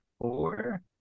four